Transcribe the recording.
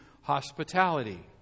hospitality